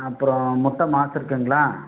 அப்றம் முட்டை மாஸ் இருக்குதுங்களா